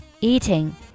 eating